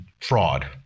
fraud